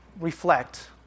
reflect